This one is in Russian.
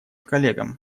коллегам